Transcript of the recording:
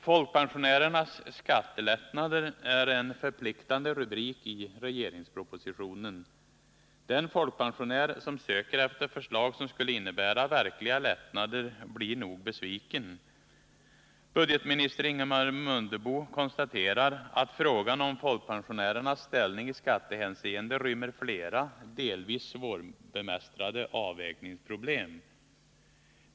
”Folkpensionärernas skattelättnader” är en förpliktande rubrik i regeringspropositionen. Den folkpensionär som söker efter förslag som skulle innebära verkliga lättnader blir nog besviken. Budgetminister Ingemar Mundebo konstaterar ”att frågan om folkpensionärernas ställning i skattehänseenden rymmer flera, delvis svårbemästrade avvägningsproblem”.